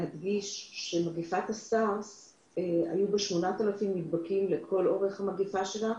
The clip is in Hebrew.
שבמגפת הסארס היו 8,000 נדבקים לכל אורך האירוע,